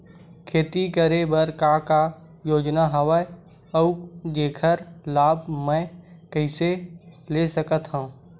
खेती करे बर का का योजना हवय अउ जेखर लाभ मैं कइसे ले सकत हव?